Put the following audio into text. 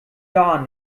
jahren